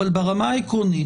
אבל ברמה העקרונית,